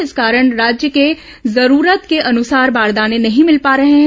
इस कारण राज्य की जरूरत के अनुसार बारदाने नहीं मिल पा रहे हैं